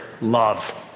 love